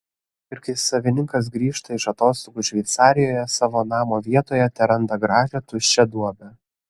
ir kai savininkas grįžta iš atostogų šveicarijoje savo namo vietoje teranda gražią tuščią duobę